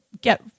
get